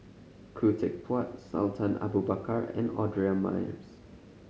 Khoo Teck Puat Sultan Abu Bakar and Audra Morrice